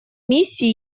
миссии